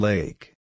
Lake